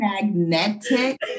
Magnetic